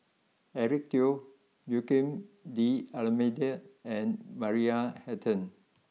Eric Teo Joaquim D'Almeida and Maria Hertogh